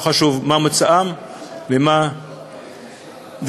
לא חשוב מה מוצאם ומה דתם.